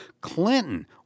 Clinton